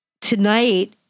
tonight